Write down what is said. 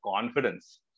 confidence